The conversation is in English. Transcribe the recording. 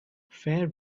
fair